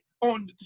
on